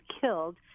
killed